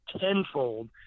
tenfold